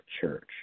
church